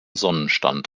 sonnenstand